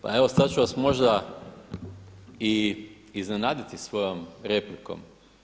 Pa evo sada ću vas možda i iznenaditi svojom replikom.